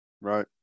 Right